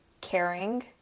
caring